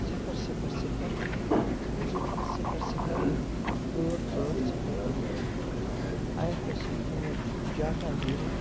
صِفر صِفر صِفر زٕ صِفر صِفر ٲٹھ ٲٹھ صِفر ٲٹھ I F S C code چھُ جاکا زیٖرو